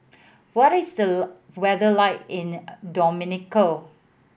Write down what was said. what is the weather like in Dominica